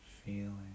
feeling